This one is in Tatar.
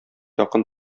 якын